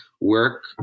work